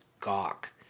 gawk